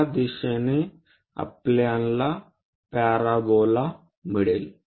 या दिशेने आपल्याला हा पॅराबोला मिळेल